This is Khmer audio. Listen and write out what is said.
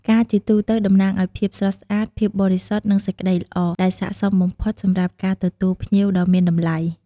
ផ្កាជាទូទៅតំណាងឱ្យភាពស្រស់ស្អាត ភាពបរិសុទ្ធ និងសេចក្ដីល្អ ដែលស័ក្តិសមបំផុតសម្រាប់ការទទួលភ្ញៀវដ៏មានតម្លៃ។